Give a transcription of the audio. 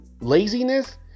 laziness